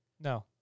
No